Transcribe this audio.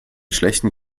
schlechten